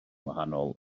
wahanol